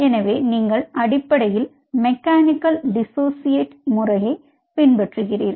எனவே நீங்கள் அடிப்படையில் மெக்கானிக்கல் டிஸோசியேட் முறையை பின்பற்றுகிறீர்கள்